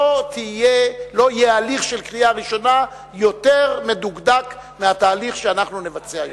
לא יהיה הליך של קריאה ראשונה יותר מדוקדק מהתהליך שאנחנו נבצע.